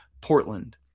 Portland